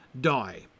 die